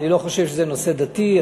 אני לא חושב שזה נושא דתי,